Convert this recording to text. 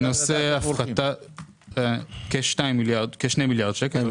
זה נושא הפחתה של כ-2 מיליארד שקל,